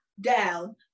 down